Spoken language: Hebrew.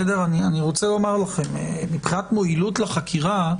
אני רוצה לומר לכם שמבחינת מועילות לחקירה,